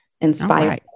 Inspire